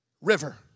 river